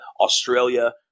Australia